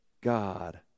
God